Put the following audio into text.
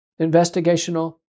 investigational